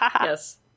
Yes